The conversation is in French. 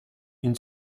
une